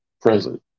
present